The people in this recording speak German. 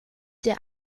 der